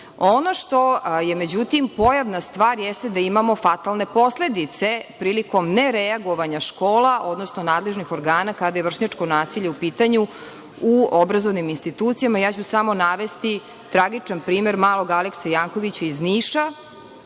što je pojavna stvar jeste da imamo fatalne posledice prilikom nereagovanja škola, odnosno nadležnih organa, kada je vršnjačko nasilje u pitanju, u obrazovnim institucijama a ja ću samo navesti tragičan primer malog Alekse Jankovića iz Niša,